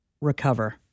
recover